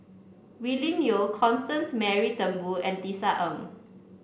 Willin Constance Mary Turnbull and Tisa Ng